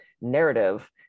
narrative